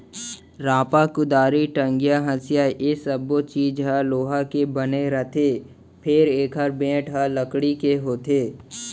रांपा, कुदारी, टंगिया, हँसिया ए सब्बो चीज ह लोहा के बने रथे फेर एकर बेंट ह लकड़ी के होथे